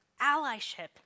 allyship